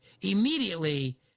immediately